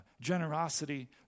generosity